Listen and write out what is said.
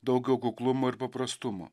daugiau kuklumo ir paprastumo